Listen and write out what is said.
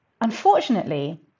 Unfortunately